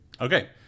Okay